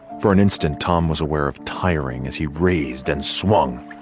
for an instant, tom was aware of tyring as he raised and swung.